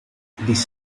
this